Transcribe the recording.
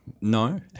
No